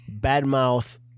badmouth